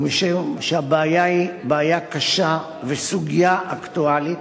ומשום שהבעיה היא בעיה קשה והסוגיה אקטואלית,